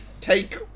take